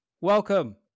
Welcome